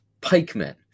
pikemen